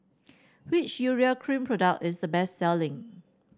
which Urea Cream product is the best selling